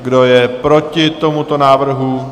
Kdo je proti tomuto návrhu?